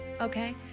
okay